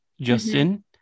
Justin